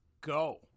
go